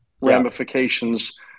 ramifications